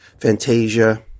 Fantasia